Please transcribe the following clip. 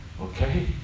Okay